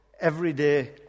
everyday